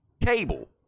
Cable